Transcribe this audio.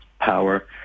power